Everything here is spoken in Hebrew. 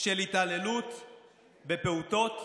של התעללות בפעוטות,